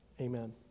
Amen